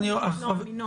פשוט אלה בדיקות לא אמינות.